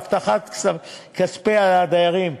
והבטחת כספי הדיירים.